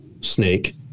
snake